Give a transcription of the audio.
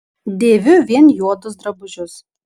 dėviu vien juodus drabužius